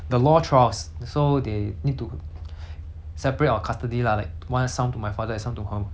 separate our custody lah like want some to my father and some to my ho~ some to my mum but in the end err